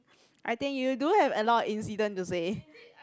I think you do have a lot incident to say